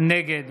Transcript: נגד